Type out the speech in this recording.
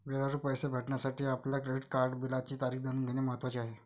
वेळेवर पैसे भरण्यासाठी आपल्या क्रेडिट कार्ड बिलाची तारीख जाणून घेणे महत्वाचे आहे